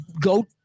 go